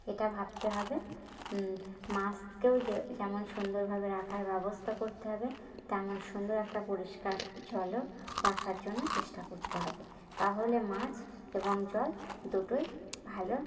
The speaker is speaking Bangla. এটা ভাবতে হবে মাছকেও যে যেমন সুন্দর ভাবে রাখার ব্যবস্থা করতে হবে তেমন সুন্দর একটা পরিষ্কার জলও রাখার জন্য চেষ্টা করতে হবে তা হলে মাছ এবং জল দুটোই ভালো